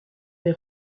les